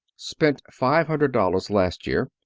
spent five hundred dollars last year.